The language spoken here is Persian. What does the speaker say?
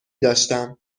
داشتم